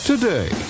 Today